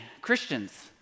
Christians